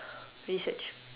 research